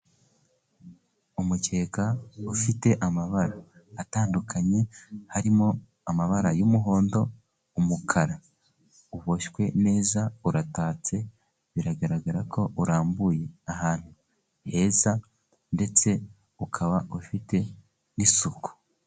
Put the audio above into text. Umukeka ufite amabara atandukanye, harimo amabara y'umuhondo, umukara, uboshywe neza uratatse, biragaragara ko urambuye ahantu heza, ndetse ukaba ufite n'isuku.